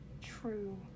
true